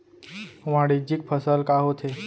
वाणिज्यिक फसल का होथे?